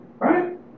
right